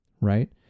Right